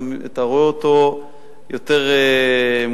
אתה רואה אותו יותר מאושר,